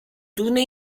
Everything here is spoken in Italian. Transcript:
tournée